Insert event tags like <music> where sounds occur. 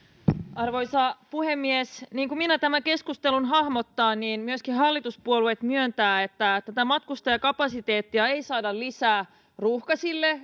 arvoisa puhemies niin kuin minä tämän keskustelun hahmotan niin myöskin hallituspuolueet myöntävät että tätä matkustajakapasiteettia ei saada lisää ruuhkaisille <unintelligible>